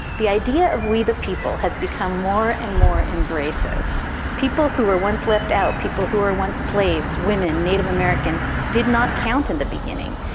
the idea of we the people has become more and more embracing of people who were once left out. people who were once slaves, women, native americans did not count in the beginning.